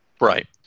Right